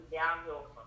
downhill